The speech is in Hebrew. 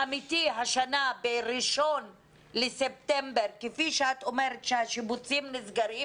השנה ב-1 בספטמבר כפי שאת אומרת שהשיבוצים נסגרים